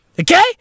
Okay